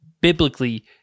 biblically